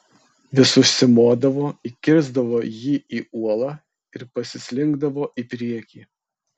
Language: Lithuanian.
vis užsimodavo įkirsdavo jį į uolą ir pasislinkdavo į priekį